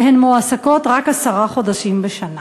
והן מועסקות רק עשרה חודשים בשנה.